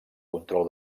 control